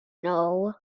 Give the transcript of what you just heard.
know